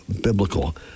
biblical